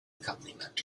accompaniment